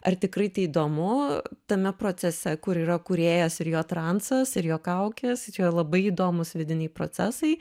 ar tikrai tai įdomu tame procese kur yra kūrėjas ir jo transas ir jo kaukės tai čia yra labai įdomūs vidiniai procesai